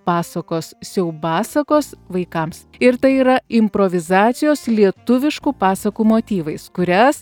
pasakos siaubasakos vaikams ir tai yra improvizacijos lietuviškų pasakų motyvais kurias